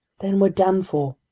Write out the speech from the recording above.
then we're done for!